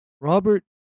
Robert